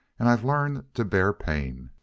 and i've learned to bear pain.